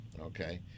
okay